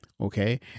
okay